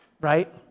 right